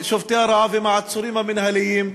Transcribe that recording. שובתי רעב הם עצורים מינהליים.